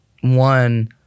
one